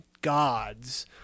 gods